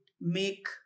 make